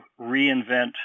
reinvent